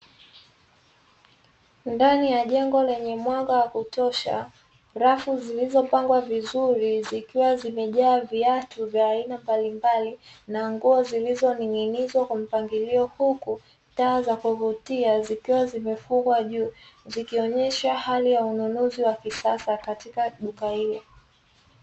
Ndani ya jengo lenye mwanga wa kutosha, rafu zilizopangwa vizuri zikiwa zimejaa viatu vya aina mbalimbali na nguo zilizoning'inizwa kwa mpangilio, huku taa za kuvutia zikiwa zimefungwa juu; zikionyesha hali ya ununuzi wa kisasa katika duka hilo.